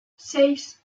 seis